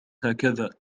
هكذا